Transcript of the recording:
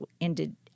ended